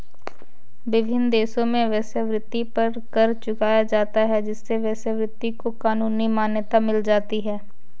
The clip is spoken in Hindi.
विभिन्न देशों में वेश्यावृत्ति पर कर चुकाया जाता है जिससे वेश्यावृत्ति को कानूनी मान्यता मिल जाती है